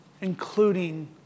including